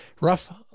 Rough